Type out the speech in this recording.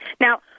Now